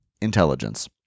intelligence